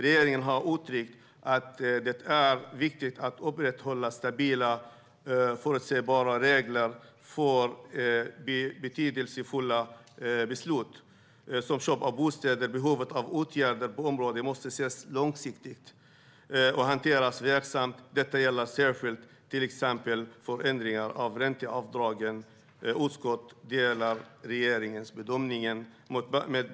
Regeringen har uttryckt att det är viktigt att upprätthålla stabila och förutsebara regler för så betydelsefulla beslut som köp av bostäder. Behovet av åtgärder på området måste ses långsiktigt och hanteras varsamt. Detta gäller särskilt t.ex. förändringar av ränteavdraget. Utskottet delar regeringens bedömning.